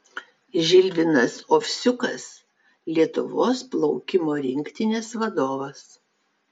žilvinas ovsiukas lietuvos plaukimo rinktinės vadovas